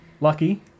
Lucky